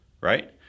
Right